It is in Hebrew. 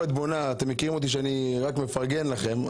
אתן מכירות אותי שאני רק מפרגן לכם.